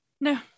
No